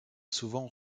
souvent